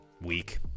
weak